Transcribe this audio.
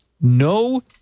No